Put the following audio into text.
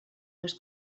los